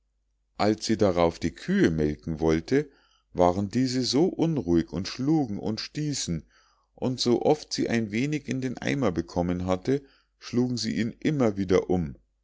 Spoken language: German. als sie darauf die kühe melken wollte waren diese so unruhig und schlugen und stießen und so oft sie ein wenig in den eimer bekommen hatte schlugen sie ihn immer wieder um